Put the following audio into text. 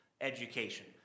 education